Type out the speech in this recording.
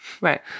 right